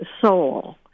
soul